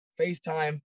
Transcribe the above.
FaceTime